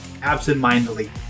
absentmindedly